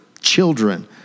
children